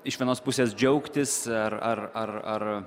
iš vienos pusės džiaugtis ar ar ar ar